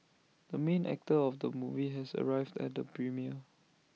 the main actor of the movie has arrived at the premiere